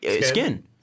skin